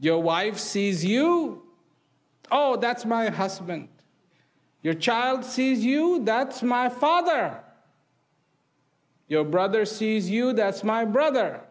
your wife sees you oh that's my husband your child says you that's my father your brother sees you that's my brother